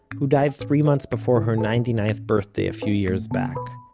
who died three months before her ninety-ninth birthday a few years back.